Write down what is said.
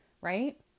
right